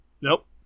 Nope